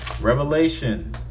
Revelation